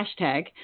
hashtag